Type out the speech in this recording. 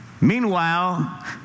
Meanwhile